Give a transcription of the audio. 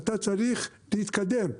אתה צריך תתקדם.